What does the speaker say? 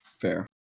Fair